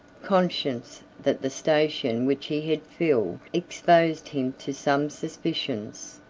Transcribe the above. conscious that the station which he had filled exposed him to some suspicions,